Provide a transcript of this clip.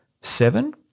Seven